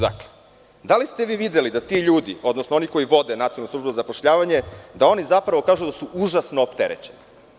Dakle, da li ste vi videli da ti ljudi, odnosno oni koji vode Nacionalnu službu za zapošljavanje, kažu da su užasno opterećeni?